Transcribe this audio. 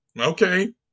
Okay